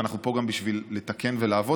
ואנחנו פה גם בשביל לתקן ולעבוד,